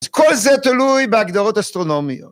אז כל זה תלוי בהגדרות אסטרונומיות.